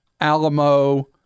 Alamo